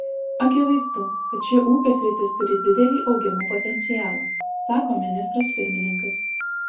akivaizdu kad ši ūkio sritis turi didelį augimo potencialą sako ministras pirmininkas